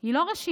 היא לא רשימה.